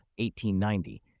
1890